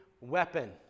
weapon